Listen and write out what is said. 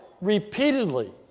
repeatedly